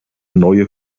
neue